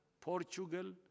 Portugal